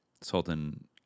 Sultan